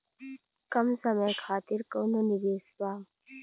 कम समय खातिर कौनो निवेश बा?